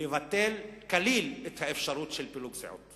לבטל כליל את האפשרות של פילוג סיעות,